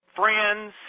friends